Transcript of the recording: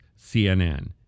CNN